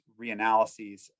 reanalyses